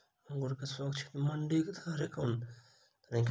अंगूर केँ सुरक्षित मंडी धरि कोना लकऽ जाय?